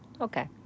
Okay